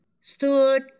stood